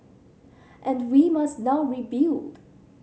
and we must now rebuild